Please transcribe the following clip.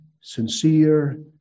sincere